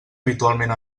habitualment